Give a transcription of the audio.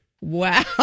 Wow